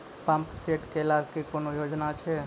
Pump set केलेली कोनो योजना छ?